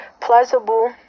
pleasurable